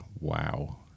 wow